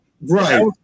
Right